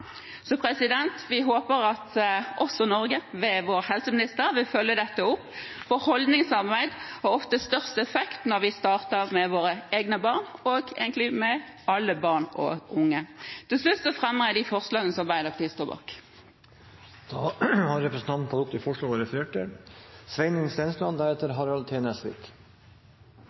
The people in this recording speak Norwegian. Så vi håper at også Norge ved vår helseminister vil følge dette opp, for holdningsarbeid har oftest størst effekt når vi starter med våre egne barn og egentlig med alle barn og unge. Til slutt fremmer jeg de forslagene som Arbeiderpartiet er med på. Representanten Ruth Grung har tatt opp de forslagene hun refererte til.